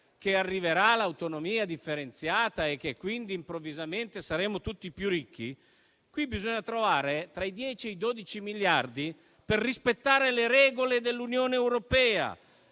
che arriverà l'autonomia differenziata e che quindi, improvvisamente, saremo tutti più ricchi, bisogna trovare tra i 10 e i 12 miliardi per rispettare le regole dell'Unione europea,